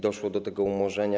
Doszło do tego umorzenia.